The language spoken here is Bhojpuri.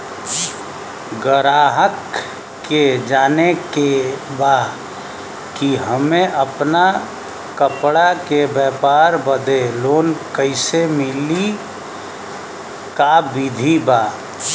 गराहक के जाने के बा कि हमे अपना कपड़ा के व्यापार बदे लोन कैसे मिली का विधि बा?